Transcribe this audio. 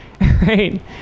right